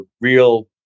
real